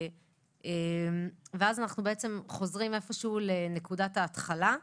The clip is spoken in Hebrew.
אנחנו בעצם חוזרים איפשהו לנקודת ההתחלה,